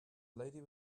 lady